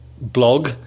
blog